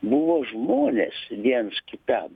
buvo žmonės viens kitam